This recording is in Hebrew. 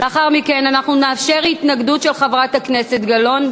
לאחר מכן אנחנו נאפשר התנגדות של חברת הכנסת גלאון.